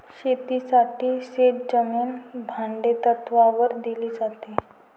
शेतीसाठी शेतजमीन भाडेतत्त्वावर दिली जाते